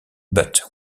but